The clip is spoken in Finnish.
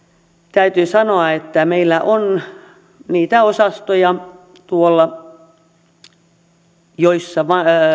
täytyy sanoa että meillä on niitä osastoja joissa